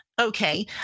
okay